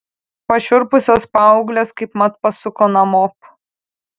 pašiurpusios paauglės kaipmat pasuko namop